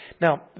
Now